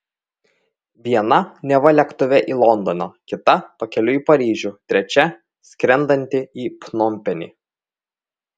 viena neva lėktuve į londoną kita pakeliui į paryžių trečia skrendantį į pnompenį